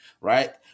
right